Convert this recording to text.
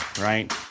right